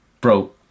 bro